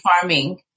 farming